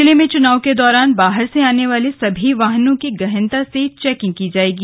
जिले में चुनाव के दौरान बाहर से आने वाले सभी वाहनों की गहनता से चौंकिग की जायेगी